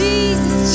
Jesus